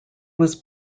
was